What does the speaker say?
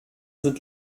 sind